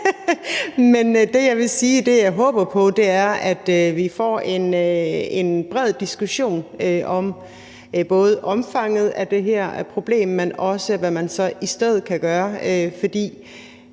Men det, jeg vil sige, er, at jeg håber på, at vi får en bred diskussion om både omfanget af det her problem, men også om, hvad man så kan gøre i